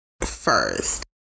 first